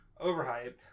overhyped